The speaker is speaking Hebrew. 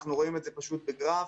אנחנו רואים את זה פשוט בגרף,